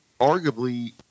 arguably